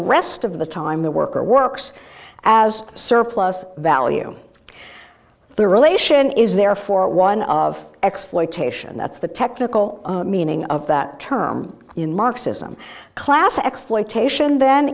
rest of the time the worker works as a surplus value the relation is therefore one of exploitation that's the technical meaning of that term in marxism class exploitation then